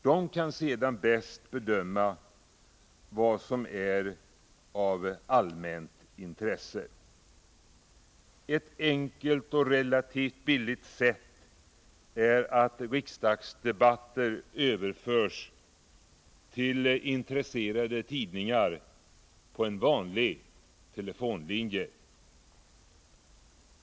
Dessa kan sedan bäst bedöma vad som Nr 121 är av allmänt intresse. Ett enkelt och relativt billigt sätt är att riksdagsde Onsdagen den batter överförs till intresserade tidningar på en vanlig telefonlinje.